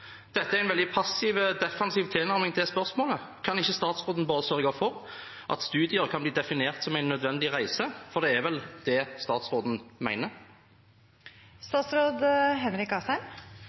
Dette er en veldig passiv, defensiv tilnærming til spørsmålet. Kan ikke statsråden bare sørge for at studier kan bli definert som en nødvendig reise, for det er vel det statsråden